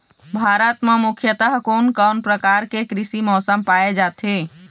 भारत म मुख्यतः कोन कौन प्रकार के कृषि मौसम पाए जाथे?